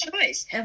choice